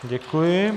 Děkuji.